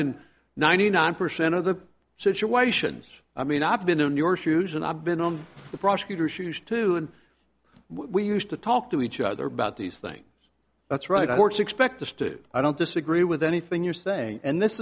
in ninety nine percent of the situations i mean i've been in your shoes and i've been on the prosecutor she used to and we used to talk to each other about these things that's right what's expect us to i don't disagree with anything you're saying and this